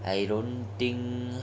I don't think